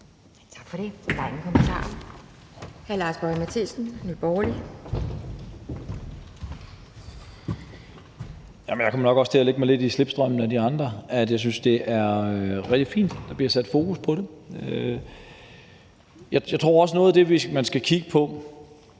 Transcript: Jeg kommer nok også til at lægge mig lidt i slipstrømmen af de andre. Jeg synes, det er rigtig fint, at der bliver sat fokus på det. Jeg tror også, at noget af det, vi skal kigge på,